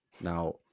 Now